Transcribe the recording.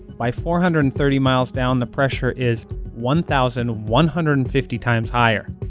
by four hundred and thirty miles down, the pressure is one thousand one hundred and fifty times higher.